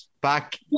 back